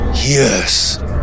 Yes